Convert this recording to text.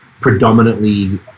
predominantly